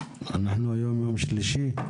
היום יום שלישי.